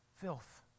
filth